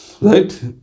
Right